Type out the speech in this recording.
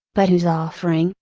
but whose offering,